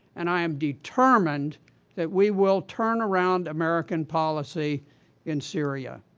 and i am determined that we will turn around american policy in syria.